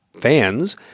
fans